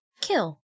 kill